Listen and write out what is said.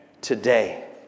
Today